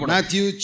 Matthew